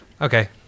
Okay